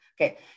Okay